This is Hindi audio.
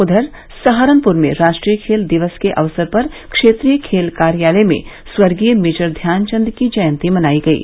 उधर सहारनपुर में राष्ट्रीय खेल दिवस के अवसर पर क्षेत्रीय खेल कार्यालय में स्वर्गीय मेजर ध्यानचन्द की जयंती मनायी गयी